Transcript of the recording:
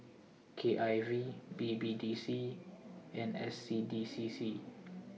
K I V B B D C and S C D C C